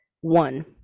one